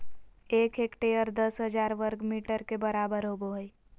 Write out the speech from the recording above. एक हेक्टेयर दस हजार वर्ग मीटर के बराबर होबो हइ